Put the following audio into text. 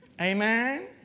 Amen